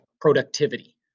productivity